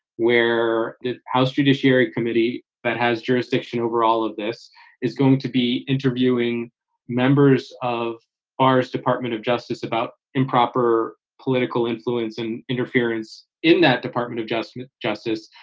where the house judiciary committee that has jurisdiction over all of this is going to be interviewing members of ours, department of justice, about improper political influence and interference in that department of justice, justice.